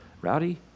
Rowdy